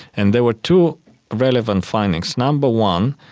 and there were two relevant findings. number one,